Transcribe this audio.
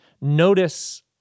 Notice